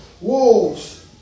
wolves